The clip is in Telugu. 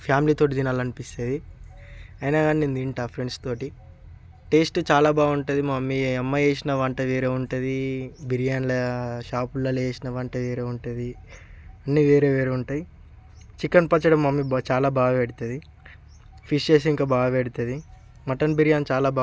ఫ్యామిలీ తోటి తినాలనిపిస్తుంది అయినా కానీ నేనుతింటా ఫ్రెండ్స్ తోటి టేస్ట్ చాలా బాగుంటుంది మా మమ్మీ అమ్మ చేసిన వంట వేరే ఉంటుంది బిర్యానీల షాప్లల్ల చేసిన వంట వేరే ఉంటుంది అన్నీ వేరే వేరే ఉంటాయి చికెన్ పచ్చడి మా మమ్మీ చాల బాగా పెడుతుంది ఫిషెస్ ఇంకా బాగా పెడుతుంది మటన్ బిర్యానీ చాలా బాగా